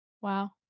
Wow